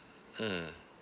mmhmm